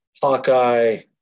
Hawkeye